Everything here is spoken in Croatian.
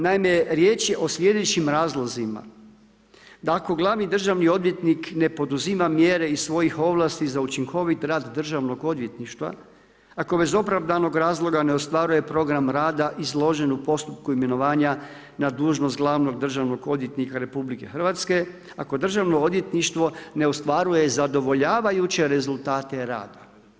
Naime, riječ je o slijedećim razlozima: - da ako glavni državni odvjetnik ne poduzima mjere iz svojih ovlasti za učinkovit rad Državnog odvjetništva, - ako iz bez opravdanog razloga ne ostvaruje program rada izložen u postupku imenovanja na dužnost glavnog državnog odvjetnika Republike Hrvatske, - ako Državno odvjetništvo ne ostvaruje zadovoljavajuće rezultate rada.